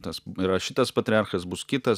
tas yra šitas patriarchas bus kitas